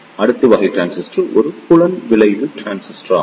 அடுத்த வகை டிரான்சிஸ்டர் ஒரு புலம் விளைவு டிரான்சிஸ்டர் ஆகும்